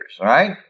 right